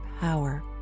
power